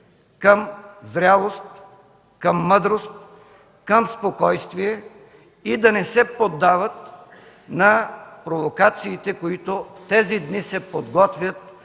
към зрялост, към мъдрост, към спокойствие и да не се поддават на провокациите, които тези дни се подготвят